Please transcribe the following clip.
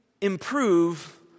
improve